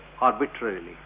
arbitrarily